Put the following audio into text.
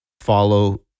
follow